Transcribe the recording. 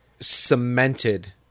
cemented